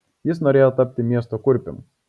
jis norėjo tapti miesto kurpium